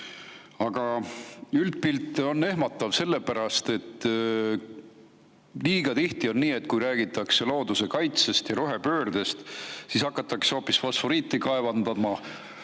Aga üldpilt on ehmatav, sellepärast et liiga tihti on nii, et kui räägitakse looduse kaitsest ja rohepöördest, siis hakatakse hoopis fosforiiti kaevandama,